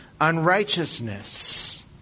unrighteousness